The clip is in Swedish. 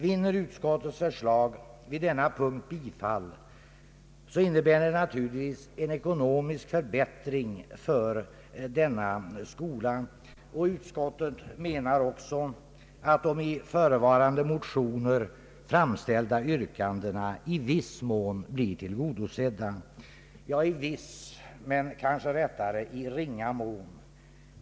Vinner utskottets förslag vid denna punkt bifall, så innebär det naturligtvis en ekonomisk förbättring för denna skola. Utskottet anser också att de i förevarande motioner framställda yrkandena i viss mån blir tillgodosedda. Ja, i viss men kanske rättare i ringa mån.